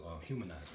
humanize